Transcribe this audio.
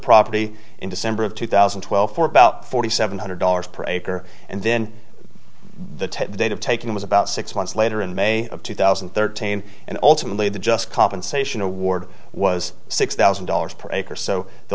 property in december of two thousand and twelve for about forty seven hundred dollars per acre and then the date of taking was about six months later in may of two thousand and thirteen and ultimately the just compensation award was six thousand dollars per acre so the